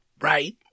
Right